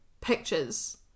pictures